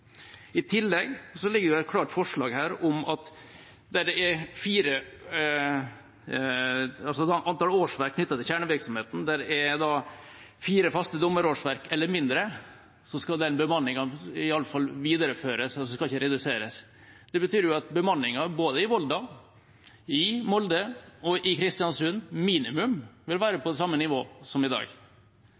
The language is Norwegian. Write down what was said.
I tillegg ligger det et klart forslag her når det gjelder antall årsverk knyttet til kjernevirksomheten: Der det er fire faste dommerårsverk eller mindre, skal bemanningen iallfall videreføres, den skal ikke reduseres. Det betyr at bemanningen både i Volda, i Molde og i Kristiansund minimum vil være på samme nivå som i dag.